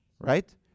Right